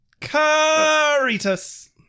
Caritas